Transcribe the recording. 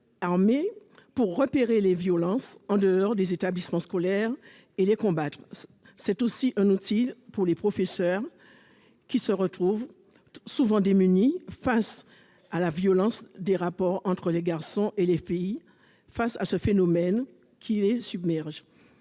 pour repérer les violences en dehors des établissements scolaires et les combattre. C'est aussi un outil pour les professeurs, qui sont souvent démunis face à la violence des rapports entre les garçons et les filles, un phénomène qui les submerge.